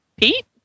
Pete